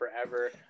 forever